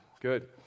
Good